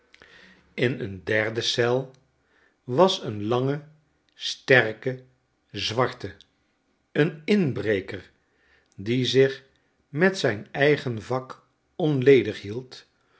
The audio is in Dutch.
in een derde eel was een lange sterke zwarte een inbreker die zich met zyn eigen vak onledig hield